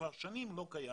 כבר שנים זה לא קיים